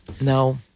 No